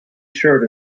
shirt